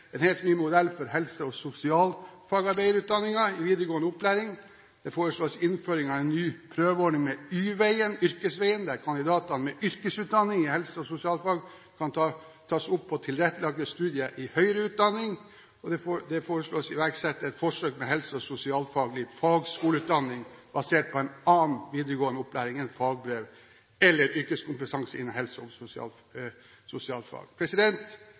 en helt ny modell for helse- og sosialfagarbeiderutdanningen i videregående opplæring. Det foreslås innføring av en ny prøveordning med y-veien – yrkesveien – der kandidater med yrkesutdanning i helse- og sosialfag kan tas opp på tilrettelagte studier i høyere utdanning, og det foreslås å iverksette et forsøk med helse- og sosialfaglig fagskoleutdanning basert på en annen videregående opplæring enn fagbrev eller yrkeskompetanse innenfor helse- og